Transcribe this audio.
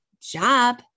job